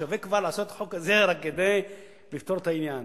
שווה כבר לעשות את החוק הזה רק כדי לפתור את העניין.